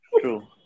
True